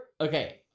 Okay